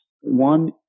One